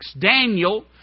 Daniel